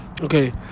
Okay